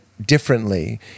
differently